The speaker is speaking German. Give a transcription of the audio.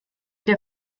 dir